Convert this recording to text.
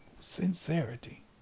Sincerity